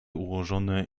ułożone